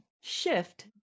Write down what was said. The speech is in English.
shift